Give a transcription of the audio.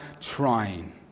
trying